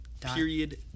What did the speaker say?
period